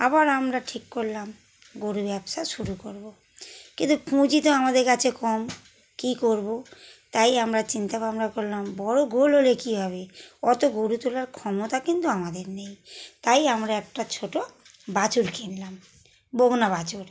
আবার আমরা ঠিক করলাম গোরু ব্যবসা শুরু করব কিন্তু পুঁজি তো আমাদের কাছে কম কী করব তাই আমরা চিন্তা ভাবনা করলাম বড় গোয়াল হলে কী হবে অত গোরু তোলার ক্ষমতা কিন্তু আমাদের নেই তাই আমরা একটা ছোটো বাছুর কিনলাম বকনা বাছুর